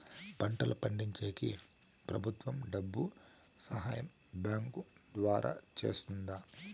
పంటలు పండించేకి ప్రభుత్వం డబ్బు సహాయం బ్యాంకు ద్వారా చేస్తుందా?